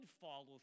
follow